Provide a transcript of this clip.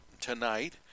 tonight